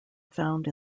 found